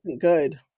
good